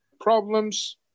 problems